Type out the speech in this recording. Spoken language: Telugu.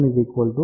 9 సెం